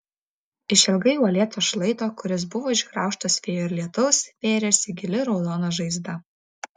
išilgai uolėto šlaito kuris buvo išgraužtas vėjo ir lietaus vėrėsi gili raudona žaizda